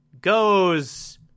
goes